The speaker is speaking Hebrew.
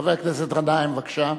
חבר הכנסת גנאים, בבקשה.